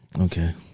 Okay